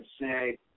say